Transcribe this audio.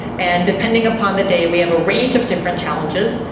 and, depending upon the day, we have a range of different challenges.